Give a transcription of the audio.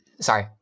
sorry